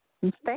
Thanks